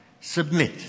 submit